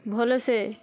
ଭଲ ସେ